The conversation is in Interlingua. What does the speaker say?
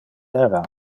era